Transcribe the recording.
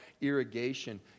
irrigation